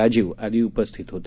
राजीव आदी उपस्थित होते